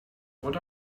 what